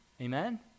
Amen